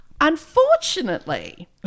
Unfortunately